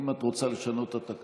אם את רוצה לשנות את התקנון,